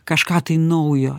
kažką tai naujo